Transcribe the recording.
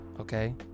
Okay